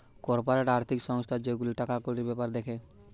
corporate আর্থিক সংস্থা যে গুলা টাকা কড়ির বেপার দ্যাখে